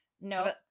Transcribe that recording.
no